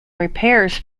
repairs